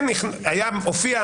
כן הופיעה